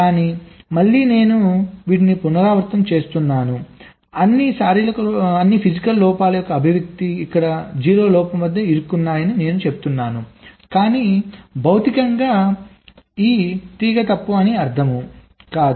కానీ మళ్ళీ నేను వీటిని పునరావృతం చేస్తున్నాను అన్నీ శారీరక లోపాల యొక్క అభివ్యక్తి ఇక్కడ 0 లోపం వద్ద ఇరుక్కున్నాయని నేను చెప్తున్నాను కానీ భౌతికంగా ఈ తీగ తప్పు అని అర్ధం కాదు